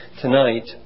tonight